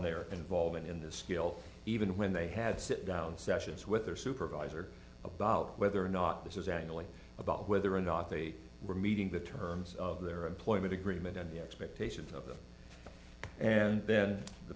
their involvement in the skill even when they had sit down sessions with their supervisor about whether or not this is actually about whether or not they were meeting the terms of their employment agreement and the expectations of them and then the